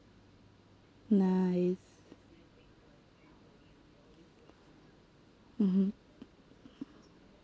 nice mmhmm